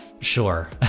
Sure